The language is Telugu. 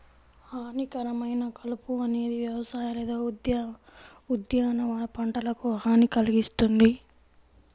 హానికరమైన కలుపు అనేది వ్యవసాయ లేదా ఉద్యానవన పంటలకు హాని కల్గిస్తుంది